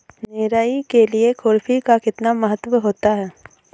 निराई के लिए खुरपी का कितना महत्व होता है?